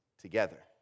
together